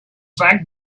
fact